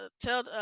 tell